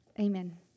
Amen